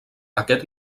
aquest